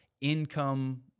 income